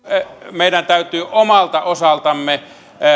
meidän täytyy omalta osaltamme